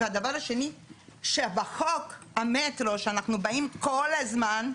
והדבר השני שבחוק המטרו שאנחנו באים כל הזמן,